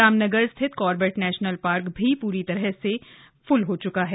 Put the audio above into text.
रामनगर स्थित Corbett national park भी पूरी तरह से फुल हो गया है